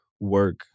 work